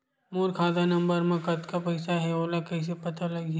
मोर खाता नंबर मा कतका पईसा हे ओला कइसे पता लगी?